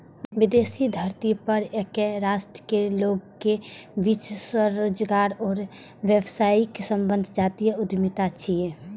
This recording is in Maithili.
विदेशी धरती पर एके राष्ट्रक लोकक बीच स्वरोजगार आ व्यावसायिक संबंध जातीय उद्यमिता छियै